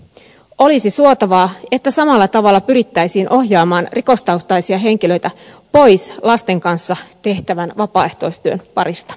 olisi suotavaa että samalla tavalla pyrittäisiin ohjaamaan rikostaustaisia henkilöitä pois lasten kanssa tehtävän vapaaehtoistyön parista